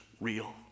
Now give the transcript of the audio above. real